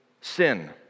sin